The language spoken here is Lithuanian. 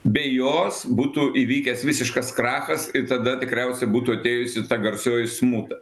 be jos būtų įvykęs visiškas krachas ir tada tikriausiai būtų atėjusi ta garsioji smuta